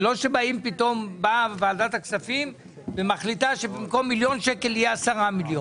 זה לא שבאה ועדת הכספים ומחליטה שבמקום מיליון שקל יהיה 10 מיליון.